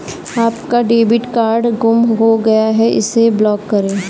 आपका debit card गुम हो गया है इसे ब्लॉक करें